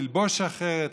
ללבוש אחרת,